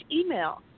email